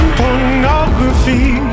pornography